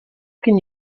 can